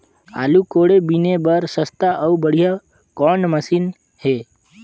आलू कोड़े बीने बर सस्ता अउ बढ़िया कौन मशीन हे?